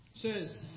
Says